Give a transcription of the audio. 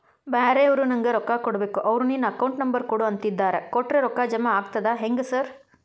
ಬ್ಯಾರೆವರು ನಂಗ್ ರೊಕ್ಕಾ ಕೊಡ್ಬೇಕು ಅವ್ರು ನಿನ್ ಅಕೌಂಟ್ ನಂಬರ್ ಕೊಡು ಅಂತಿದ್ದಾರ ಕೊಟ್ರೆ ರೊಕ್ಕ ಜಮಾ ಆಗ್ತದಾ ಹೆಂಗ್ ಸಾರ್?